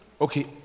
okay